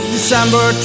December